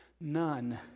none